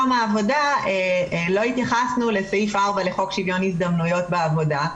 לא התייחסנו לסעיף 4 לחוק שוויון הזדמנויות בעבודה,